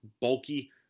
bulky